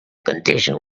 condition